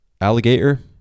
alligator